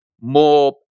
more